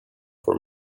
for